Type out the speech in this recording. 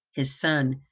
his son,